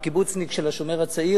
וקיבוצניק של "השומר הצעיר",